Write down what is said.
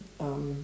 um